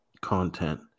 content